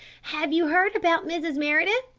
have you heard about mrs. meredith?